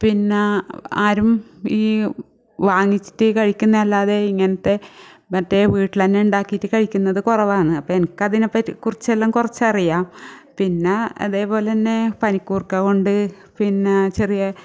പിന്നെ ആരും ഈ വാങ്ങിച്ചിട്ട് കഴിക്കുന്നല്ലാതെ ഇങ്ങനത്തെ മറ്റേ വീട്ടിലന്നെ ഉണ്ടാക്കീട്ട് കഴിക്കുന്നത് കുറവാന്ന് അപ്പം എനിക്ക് അതിനെപ്പറ്റി കുറച്ചെല്ലാം കുറച്ചറിയാം പിന്നെ അതുപോലെ തന്നെ പനിക്കൂർക്ക കൊണ്ട് പിന്നെ ചെറിയ